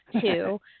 two